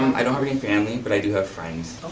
i don't have any family, but i do have friends.